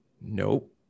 Nope